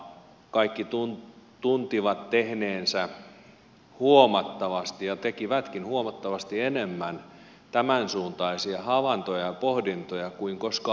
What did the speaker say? kaikki tunsivat tehneensä huomattavasti ja tekivätkin huomattavasti enemmän tämänsuuntaisia havaintoja ja pohdintoja kuin koskaan ennen